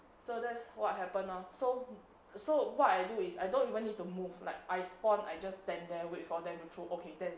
so that's what happened lor so so what I do is I don't even need to move like I spawn I just stand there and wait for them to throw okay then